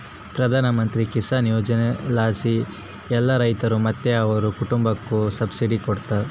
ಪ್ರಧಾನಮಂತ್ರಿ ಕಿಸಾನ್ ಯೋಜನೆಲಾಸಿ ಎಲ್ಲಾ ರೈತ್ರು ಮತ್ತೆ ಅವ್ರ್ ಕುಟುಂಬುಕ್ಕ ಸಬ್ಸಿಡಿ ಕೊಡ್ತಾರ